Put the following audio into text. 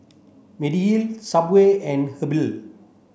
Mediheal Subway and Habhal